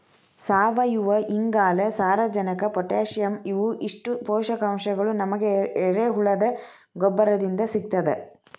ಸಾವಯುವಇಂಗಾಲ, ಸಾರಜನಕ ಪೊಟ್ಯಾಸಿಯಂ ಇವು ಇಷ್ಟು ಪೋಷಕಾಂಶಗಳು ನಮಗ ಎರೆಹುಳದ ಗೊಬ್ಬರದಿಂದ ಸಿಗ್ತದ